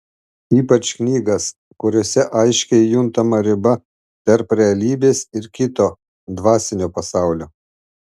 ypač knygas kuriose aiškiai juntama riba tarp realybės ir kito dvasinio pasaulio